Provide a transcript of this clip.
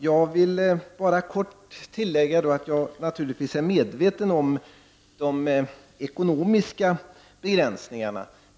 Herr talman! Jag vill tillägga att jag naturligtvis är medveten om de ekonomiska begränsningarna.